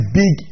big